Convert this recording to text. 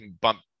bump